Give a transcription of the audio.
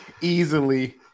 Easily